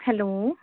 hello